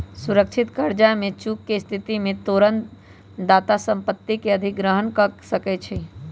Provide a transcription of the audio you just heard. सुरक्षित करजा में चूक के स्थिति में तोरण दाता संपत्ति के अधिग्रहण कऽ सकै छइ